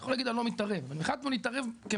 אתה יכול להגיד 'אני לא מתערב' אבל החלטנו להתערב כמדינה,